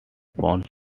points